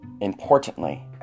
importantly